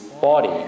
body